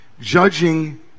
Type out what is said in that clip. Judging